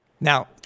Now